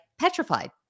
petrified